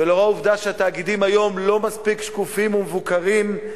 ולנוכח העובדה שהתאגידים היום לא מספיק שקופים ומבוקרים,